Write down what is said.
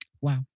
Wow